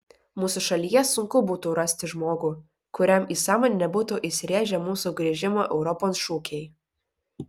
mūsų šalyje sunku būtų rasti žmogų kuriam į sąmonę nebūtų įsirėžę mūsų grįžimo europon šūkiai